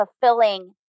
fulfilling